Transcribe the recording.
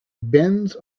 bends